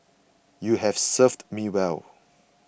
you have served me well